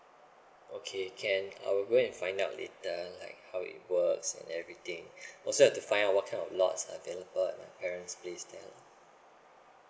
okay can I will go and find out later like how it works and everything also certify what kind of lots available at my parents place there lah